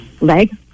leg